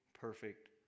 perfect